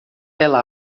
ela